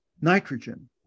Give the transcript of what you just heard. nitrogen